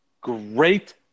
great